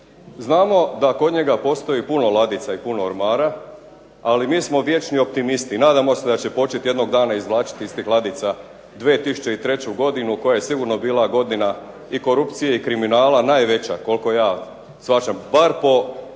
znamo da kod njega postoji puno ladica i puno ormara, ali mi smo vječni optimisti. Nadamo se da će početi jednog dana izvlačiti iz tih ladica 2003. godinu koja je sigurno bila godina i korupcije i kriminala najveća koliko ja shvaćam. Bar po